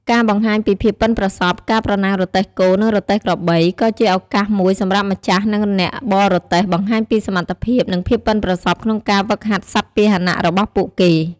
ការបង្ហាញពីភាពប៉ិនប្រសប់ ការប្រណាំងរទេះគោ និងរទេះក្របីក៏ជាឱកាសមួយសម្រាប់ម្ចាស់ និងអ្នកបររទេះបង្ហាញពីសមត្ថភាព និងភាពប៉ិនប្រសប់ក្នុងការហ្វឹកហាត់សត្វពាហនៈរបស់ពួកគេ។